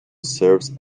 serves